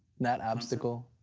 not obstacle.